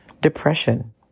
Depression